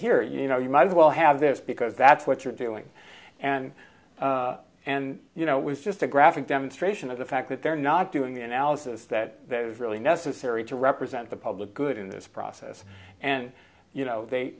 here you know you might as well have this because that's what you're doing and and you know it was just a graphic demonstration of the fact that they're not doing the analysis that is really necessary to represent the public good in this process and you know they